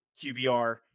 QBR